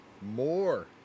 more